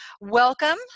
welcome